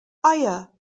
aya